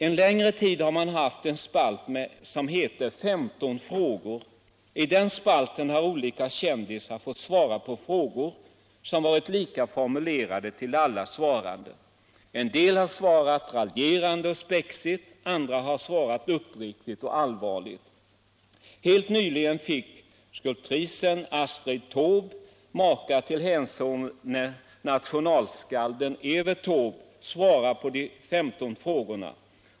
En längre tid har man haft en spalt som heter ”15 frågor”. I den spalten har olika ”kändisar” fått svara på frågor, som varit lika formulerade till alla svarande. En del har svarat raljerande och spexigt, andra har svarat uppriktigt och allvarligt. Helt nyligen fick skulptrisen Astri Taube — maka till hänsovne nationalskalden Evert Taube — svara på de 15 frågorna.